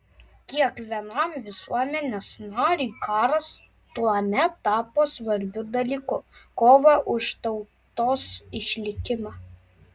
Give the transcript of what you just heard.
kiekvienam visuomenės nariui karas tuomet tapo svarbiu dalyku kova už tautos išlikimą